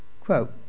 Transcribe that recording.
Quote